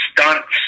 stunts